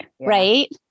right